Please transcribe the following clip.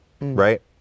right